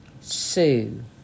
Sue